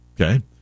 Okay